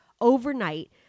overnight